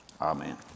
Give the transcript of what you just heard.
Amen